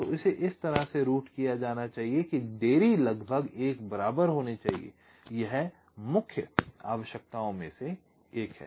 तो इसे इस तरह से रूट किया जाना चाहिए कि देरी लगभग एक बराबर होनी चाहिए यह मुख्य आवश्यकताओं में से एक है